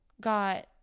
got